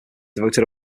devoted